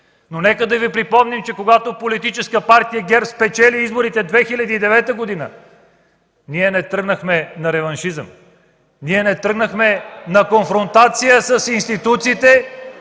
Нека да Ви припомним, че когато Политическа партия ГЕРБ спечели изборите през 2009 г. ние не тръгнахме на реваншизъм, не тръгнахме на конфронтация с институциите.